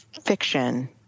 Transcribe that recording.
fiction